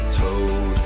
told